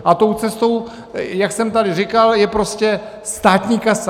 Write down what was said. A tou cestou, jak jsem tady říkal, je prostě státní kasa.